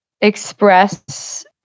express